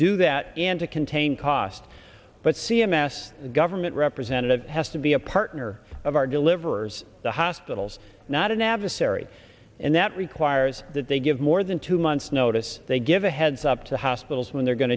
do that and to contain costs but c m s government representative has to be a partner of our deliverers the hospital's not an adversary and that requires that they give more than two months notice they give a heads up to hospitals when they're going